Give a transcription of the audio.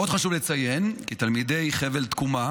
עוד חשוב לציין כי תלמידי חבל תקומה